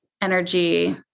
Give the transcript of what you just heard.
energy